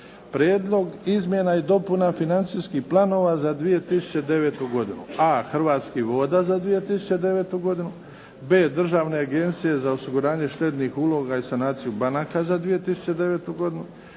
Prijedlog izmjena i dopuna financijskih planova za 2009. godinu: